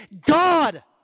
God